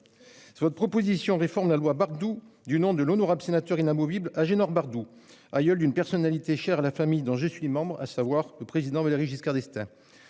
Votre proposition réforme la loi Bardoux, du nom de l'honorable sénateur inamovible Agénor Bardoux, aïeul d'une personnalité chère à la famille politique dont je suis membre, à savoir l'ancien Président de la République Valéry Giscard d'Estaing.